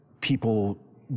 people